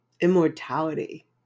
immortality